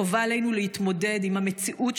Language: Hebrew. חובה עלינו להתמודד עם המציאות,